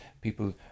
people